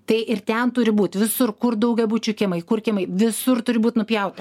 tai ir ten turi būt visur kur daugiabučių kiemai kur kiemai visur turi būt nupjauta